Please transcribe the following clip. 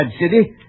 City